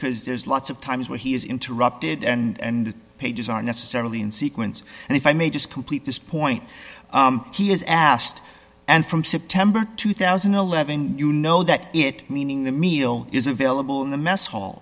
cuz there's lots of times where he is interrupted and pages are necessarily in sequence and if i may just complete this point he has asked and from september two thousand and eleven you know that it meaning the meal is available in the mess hall